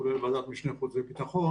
כולל ועדת משנה חוץ וביטחון,